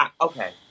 okay